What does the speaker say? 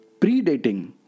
predating